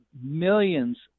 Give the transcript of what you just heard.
millions